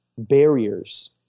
Barriers